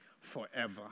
forever